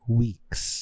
weeks